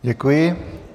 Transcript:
Děkuji.